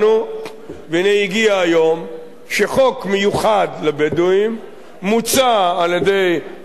והנה הגיע היום שחוק מיוחד לבדואים מוצע על-ידי חבר כנסת